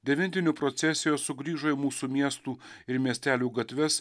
devintinių procesijos sugrįžo į mūsų miestų ir miestelių gatves